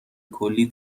کلی